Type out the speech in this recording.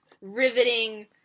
riveting